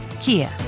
Kia